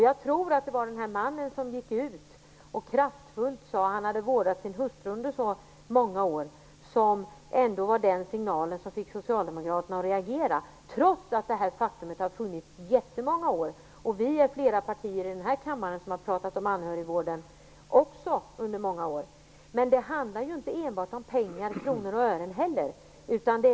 Jag tror att mannen som gick ut och kraftfullt berättade att han hade vårdat sin hustru under många år var den signal som fick Socialdemokraterna att reagera, trots att det har varit så här i jättemånga år. Flera partier i denna kammare har pratat om anhörigvården under många år. Det handlar inte enbart om pengar eller kronor och ören.